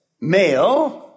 male